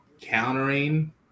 countering